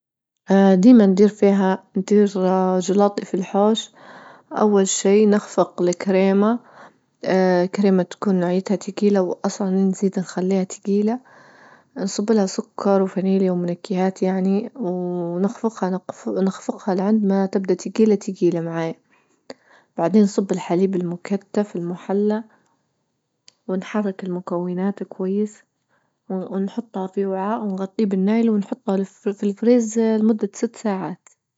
اه ديما ندير فيها ندير جيلاطى في الحوش، أول شي نخفق الكريمة، اه كريمة تكون نوعيتها تكيلة وأصلا نزيد نخليها تكيلة، نصب لها سكر وفانيليا ومنكهات يعني، ونخفقها نقف نخفقها لعند ما تبدأ تجيلة تجيلة معايا بعدين نصب الحليب المكتف المحلى ونحرك المكونات كويس ونحطها في وعاء ونغطيه بالنايل ونحطها في الفريز لمدة ست ساعات.